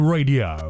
Radio